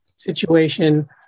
situation